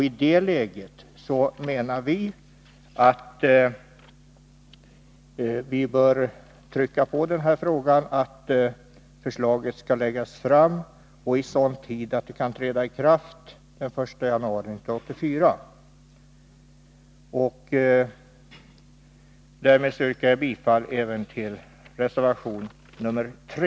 I det läget menar vi att vi bör trycka på och kräva att förslag läggs fram i tid, så att ändringen kan träda i kraft den 1 januari 1984. Därmed yrkar jag bifall även till reservation 3.